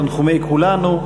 תנחומי כולנו,